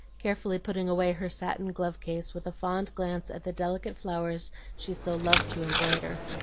carefully putting away her satin glove-case with a fond glance at the delicate flowers she so loved to embroider.